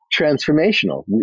transformational